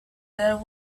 there